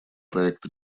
проект